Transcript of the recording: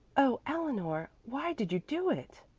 oh, eleanor, why did you do it?